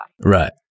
Right